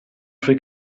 sui